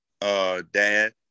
dad